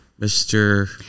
Mr